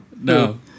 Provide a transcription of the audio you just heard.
No